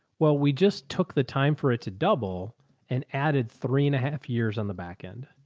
well, we just took the time for it to double and added three and a half years on the backend.